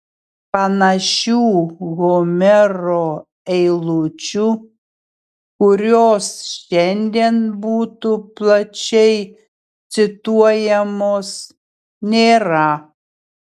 panašių homero eilučių kurios šiandien būtų plačiai cituojamos nėra